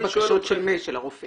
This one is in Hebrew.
בקשות של מי, של הרופאים?